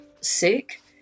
sick